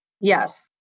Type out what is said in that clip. Yes